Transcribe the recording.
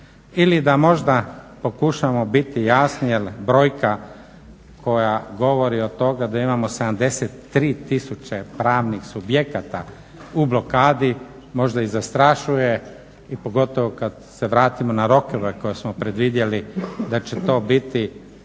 Ili da možda pokušamo biti jasni, jer brojka koja govori o toga da imamo 73 tisuće pravnih subjekata u blokadi možda i zastrašuje i pogotovo kad se vratimo na rokove koje smo predvidjeli da će to biti